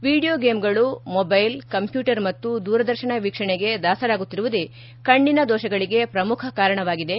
video ಗೇಮ್ಗಳು mobile computer ಮತ್ತು ದೂರದರ್ಶನ ವೀಕ್ಷಣೆಗೆ ದಾಸರಾಗುತ್ತಿರುವುದೇ ಕಣ್ಣಿನ ದೋಷಗಳಿಗೆ ಪ್ರಮುಖ ಕಾರಣವಾಗಿದೆ